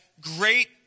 great